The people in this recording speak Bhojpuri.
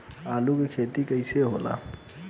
आलू के खेती कैसे होला?